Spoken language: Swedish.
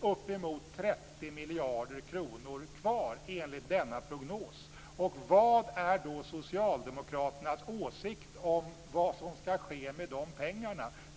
ca 30 miljarder kronor kvar. Vad är socialdemokraternas åsikt om vad som skall ske med de pengarna?